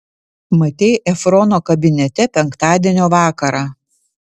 matei efrono kabinete penktadienio vakarą